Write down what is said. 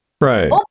Right